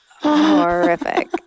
horrific